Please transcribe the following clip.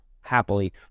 Happily